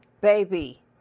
baby